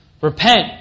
Repent